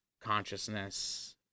consciousness